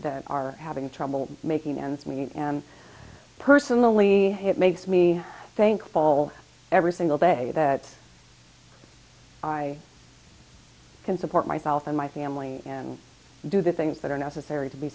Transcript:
that are having trouble making ends meet and personally it makes me thankful every single day that i can support myself and my family and do the things that are necessary to be